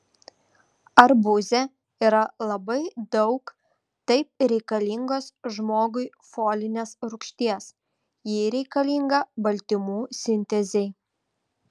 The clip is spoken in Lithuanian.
arbūze yra labai daug taip reikalingos žmogui folinės rūgšties ji reikalinga baltymų sintezei